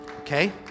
okay